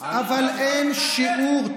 אבל לאין שיעור.